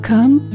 Come